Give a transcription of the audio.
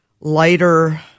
lighter